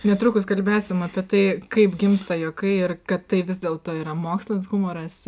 netrukus kalbėsim apie tai kaip gimsta juokai ir kad tai vis dėlto yra mokslas humoras